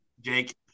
Jake